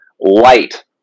light